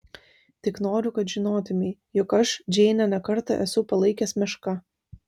tik noriu kad žinotumei jog aš džeinę ne kartą esu palaikęs meška